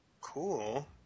cool